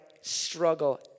struggle